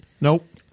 Nope